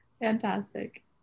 Fantastic